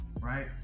right